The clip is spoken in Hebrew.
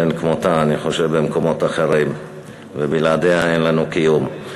שאין כמותה במקומות אחרים ובלעדיה אין לנו קיום.